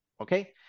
okay